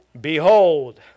behold